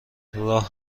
راه